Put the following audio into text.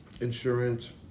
insurance